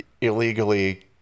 illegally